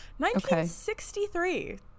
1963